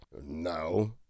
No